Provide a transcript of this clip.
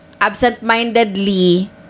absent-mindedly